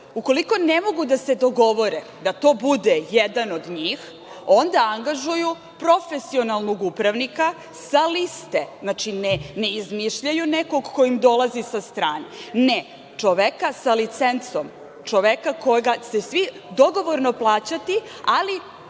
Ukoliko ne mogu da se dogovore da to bude jedan od njih, onda angažuju profesionalnog upravnika sa liste. Znači, ne izmišljaju nekog ko im dolazi sa strane. Ne, čoveka sa licencom, čoveka koga će svi dogovorno plaćati, ali,